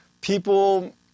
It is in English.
People